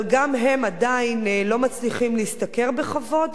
אבל גם הם עדיין לא מצליחים להשתכר בכבוד,